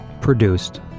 produced